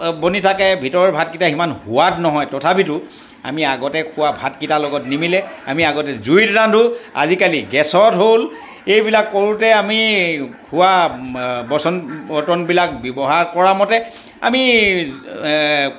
বনি থাকে ভিতৰৰ ভাতকেইটা সিমান সোৱাদ নহয় তথাপিতো আমি আগতে খোৱা ভাতকেইটাৰ লগত নিমিলে আমি আগতে জুইত ৰান্ধোঁ আজিকালি গেছত হ'ল এইবিলাক কৰোঁতে আমি খোৱা বাচন বৰ্তনবিলাক ব্যৱহাৰ কৰামতে আমি